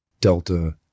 Delta